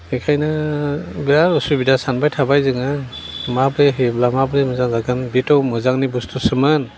बेखायनो बिराद उसुबिदा सानबाय थाबाय जोङो माब्रै होयोब्ला माब्रै मोजां जागोन बेथ' मोजांनि बस्थुसोमोन